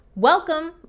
Welcome